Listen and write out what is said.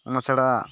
ᱚᱱᱟᱪᱷᱟᱲᱟ